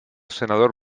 senador